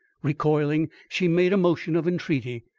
recoiling, she made a motion of entreaty.